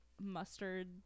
mustard